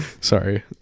Sorry